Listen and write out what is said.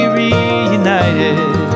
reunited